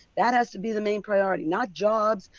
that has to be the main priority. not jobs,